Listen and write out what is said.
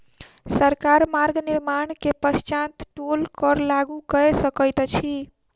सरकार मार्ग निर्माण के पश्चात टोल कर लागू कय सकैत अछि